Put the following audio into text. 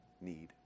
need